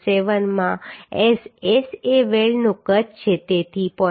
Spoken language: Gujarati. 7 માં S S એ વેલ્ડનું કદ છે તેથી 0